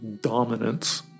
dominance